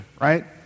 right